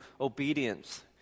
obedience